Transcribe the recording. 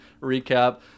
recap